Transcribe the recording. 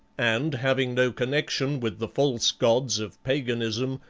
and, having no connection with the false gods of paganism,